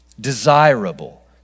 desirable